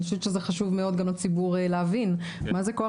אני חושבת שזה חשוב מאוד גם לציבור להבין מה זה כוח